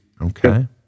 Okay